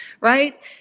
right